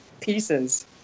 pieces